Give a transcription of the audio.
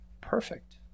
perfect